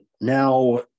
Now